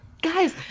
Guys